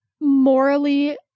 morally